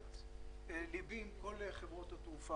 לבי עם כל חברות התעופה.